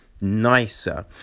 nicer